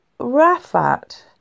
Rafat